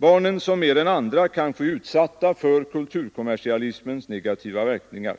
Barnen, som mer än andra kanske är utsatta för kulturkom mersialismens negativa verkningar,